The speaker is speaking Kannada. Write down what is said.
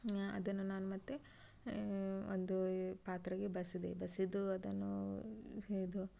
ನ್ಯಾ ಅದನ್ನು ನಾನು ಮತ್ತು ಒಂದು ಪಾತ್ರೆಗೆ ಬಸಿದೆ ಬಸಿದು ಅದನ್ನು ಇದು